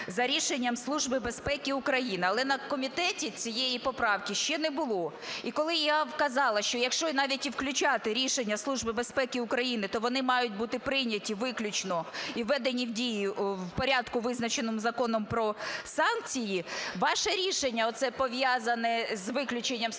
"за рішенням Служби безпеки України". Але на комітеті цієї поправки ще не було. І коли я вказала, що якщо навіть і включати рішення Служби безпеки України, то вони мають бути прийняті виключно і введені в дію в порядку, визначеному Законом про санкції. Ваше рішення оце, пов’язане з виключенням Служби безпеки, коли